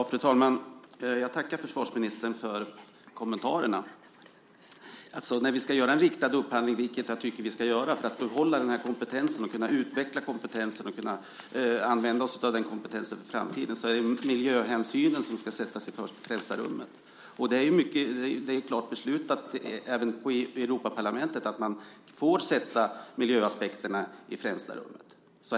Fru talman! Jag tackar försvarsministern för kommentarerna. När vi ska göra en riktad upphandling, vilket jag tycker att vi ska göra för att behålla den här kompetensen, för att kunna utveckla den och för att kunna använda oss av den i framtiden, är det miljöhänsynen som ska sättas i främsta rummet. Och det har fattats klara beslut även i Europaparlamentet om att man får sätta miljöaspekterna i främsta rummet.